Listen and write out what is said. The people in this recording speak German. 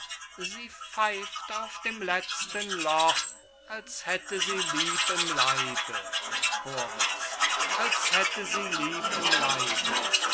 sie pfeift auf dem letzten loch als hätte sie lieb im leibe als hätte sie lieb im leibe